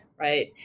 Right